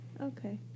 Okay